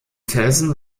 felsen